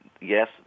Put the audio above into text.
yes